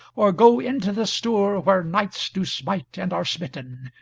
or go into the stour where knights do smite and are smitten,